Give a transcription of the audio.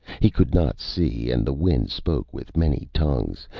he could not see, and the wind spoke with many tongues,